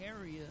area